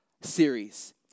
series